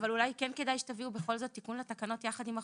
אבל אולי כן כדאי שתביאו בכל זאת תיקון לתקנות יחד עם החוק,